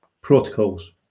Protocols